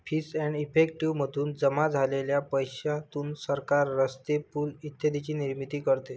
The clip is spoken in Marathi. फीस एंड इफेक्टिव मधून जमा झालेल्या पैशातून सरकार रस्ते, पूल इत्यादींची निर्मिती करते